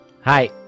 Hi